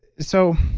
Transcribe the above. so,